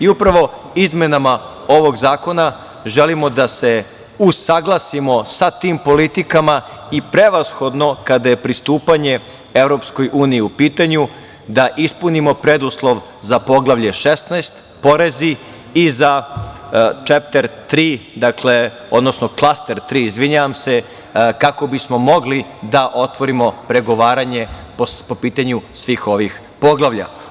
Upravo izmenama ovog zakona želimo da se usaglasimo sa tim politikama i prevashodno kada je pristupanje EU u pitanju, da ispunimo preduslov za poglavlje 16. porezi i za klaster tri, kako bismo mogli da otvorimo pregovaranje po pitanju svih ovih poglavlja.